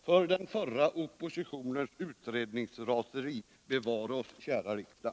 För den förra oppositionens utredningsraseri bevare oss kära riksdag!